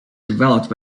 developed